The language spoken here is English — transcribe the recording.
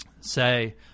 say